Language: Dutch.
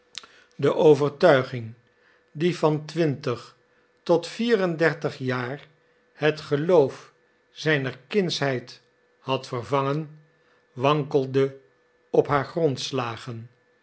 de overtuiging die van twintig tot vier en dertig jaar het geloof zijner kindsheid had vervangen wankelde op haar grondslagen